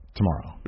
tomorrow